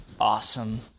awesome